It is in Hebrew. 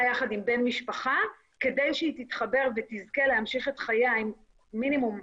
יחד עם בן משפחה כדי שהיא תתחבר ותזכה להמשיך את חייה עם מינימום